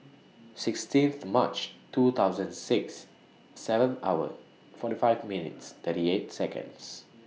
sixteen March two thousand and six seven hour forty five minutes thirty eight Seconds